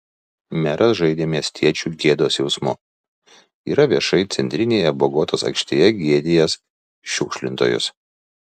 meras žaidė miestiečių gėdos jausmu yra viešai centrinėje bogotos aikštėje gėdijęs šiukšlintojus